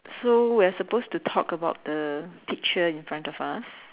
so we are supposed to talk about the picture in front of us